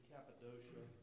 Cappadocia